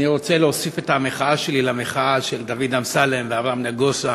אני רוצה להוסיף את המחאה שלי למחאה של דוד אמסלם ואברהם נגוסה